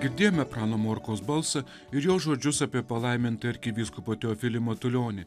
girdėjome prano morkaus balsą ir jo žodžius apie palaimintąjį arkivyskupą teofilį matulionį